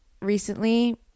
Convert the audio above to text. recently